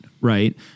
right